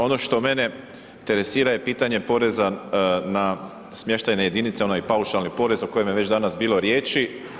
Ono što mene interesira je pitanje poreza na smještajne jedinice, onaj paušalni porez o kojem je već danas bilo riječi.